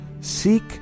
Seek